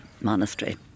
monastery